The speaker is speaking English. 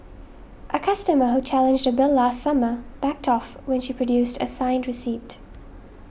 a customer who challenged a bill last summer backed off when she produced a signed receipt